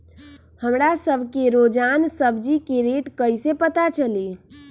हमरा सब के रोजान सब्जी के रेट कईसे पता चली?